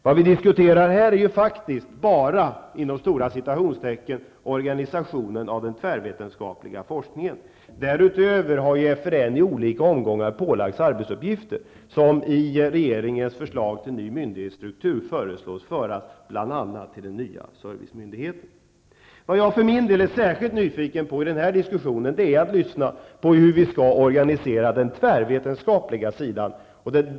Vad vi diskuterar här är faktiskt ''bara'' organisationen av den tvärvetenskapliga forskningen. Därutöver har FRN i olika omgångar pålagts arbetsuppgifter som i regeringens förslag till ny myndighetsstruktur föreslås föras till bl.a. den nya servicemyndigheten. Vad jag för min del är särskilt nyfiken på i den här diskussionen är att hur vi skall organisera den tvärvetenskapliga sidan.